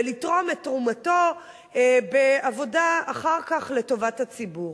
ולתרום את תרומתו בעבודה אחר כך לטובת הציבור.